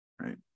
right